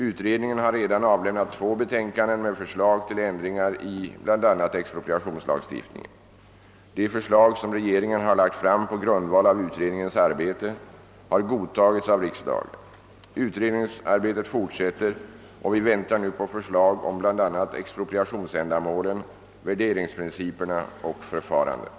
Utredningen har redan avlämnat två betänkanden med förslag till ändringar i bl.a. expropriationslagen. De förslag som regeringen lagt fram på grundval av utredningens arbete har godtagits av riksdagen. Utredningsarbetet fortsätter, och vi väntar nu på förslag om bl.a. expropriationsändamålen, värderingsprinciperna och förfarandet.